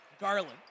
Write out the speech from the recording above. Garland